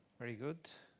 very good.